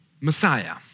Messiah